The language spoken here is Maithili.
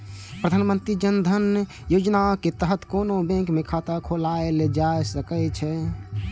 प्रधानमंत्री जन धन योजनाक तहत कोनो बैंक मे खाता खोलाएल जा सकै छै